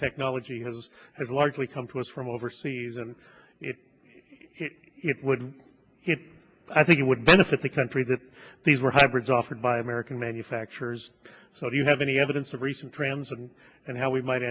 technology has has largely come to us from overseas and it it would hit i think it would benefit the country that these were hybrids offered by american manufacturers so if you have any evidence of recent trans and and how we might